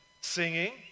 singing